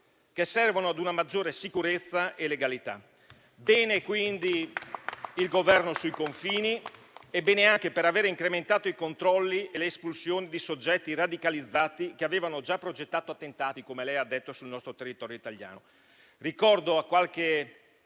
che servono a una maggiore sicurezza e legalità. Bene agisce quindi il Governo sui confini e bene ha fatto anche ad aver incrementato i controlli e le espulsioni di soggetti radicalizzati che avevano già progettato attentati, come lei ha detto, sul nostro territorio italiano. Ricordo a qualche